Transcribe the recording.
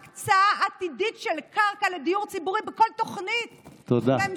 הוא ויתר על הקצאה עתידית של קרקע לדיור ציבורי בכל תוכנית ממשלתית.